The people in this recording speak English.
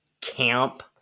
camp